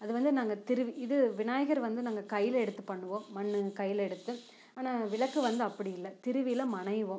அது வந்து நாங்கள் திரு இது விநாயகர் வந்து நாங்கள் கையில் எடுத்து பண்ணுவோம் மண்ணு கையில் எடுத்து ஆனால் விளக்கு வந்து அப்படி இல்லை திருவிழ மணைவோம்